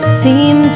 seem